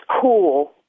cool